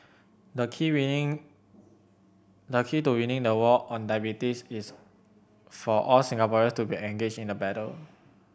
the key winning the key to winning the war on diabetes is for all Singaporeans to be engaged in the battle